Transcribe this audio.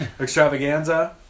extravaganza